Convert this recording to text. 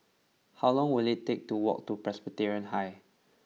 how long will it take to walk to Presbyterian High